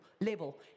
level